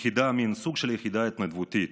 מין סוג של יחידה התנדבותית.